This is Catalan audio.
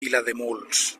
vilademuls